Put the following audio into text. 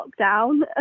lockdown